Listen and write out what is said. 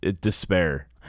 despair